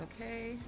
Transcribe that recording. Okay